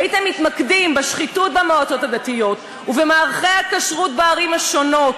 הייתם מתמקדים בשחיתות במועצות הדתיות ובמערכי הכשרות בערים השונות.